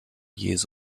use